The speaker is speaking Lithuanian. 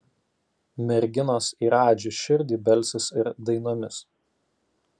merginos į radži širdį belsis ir dainomis